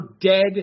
dead